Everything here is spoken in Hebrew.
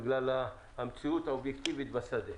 בגלל המציאות האובייקטיבית בשדה.